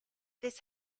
this